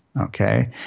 okay